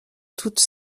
toute